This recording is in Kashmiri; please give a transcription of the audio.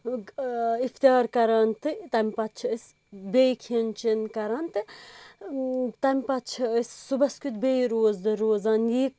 اۭں اِفطیار کران تہٕ تَمہِ پَتہٕ چھِ أسۍ بیٚیہِ کھیٚن چیٚن کران تہٕ تمہ پَتہٕ چھِ أسۍ صبحس کِیُوٚت بیٚیہِ روزدَر روزان یہِ دستور